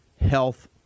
health